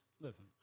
listen